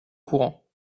courant